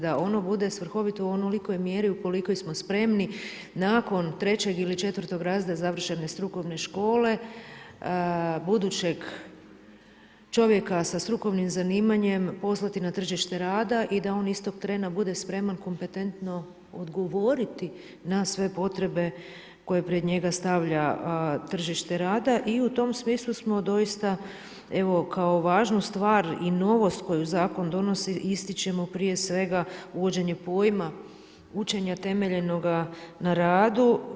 Da ono bude svrhovito u onolikoj mjeri u kolikoj smo spremni nakon 3. ili 4. razreda završene strukovne škole, budućeg čovjeka sa strukovnim zanimanjem poslati na tržište rada i da on istog trena bude spreman kompetentno odgovoriti na sve potrebe koje pred njega stavlja tržište rada i u tom smislu smo doista evo kao važnu stvar i novost koju zakon donosi, ističemo prije svega uvođenje pojma učenja temeljenoga na radu.